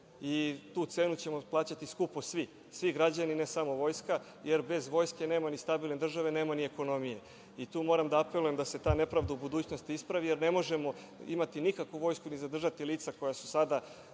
i tu cenu ćemo plaćati skupo svi, svi građani, ne samo Vojska, jer bez Vojske nema ni stabilne države, nema ni ekonomije. Tu moram da apelujem da se ta nepravda u budućnosti ispravi, jer ne možemo imati nikakvu vojsku, ni zadržati lica koja su sada